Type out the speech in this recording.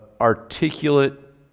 articulate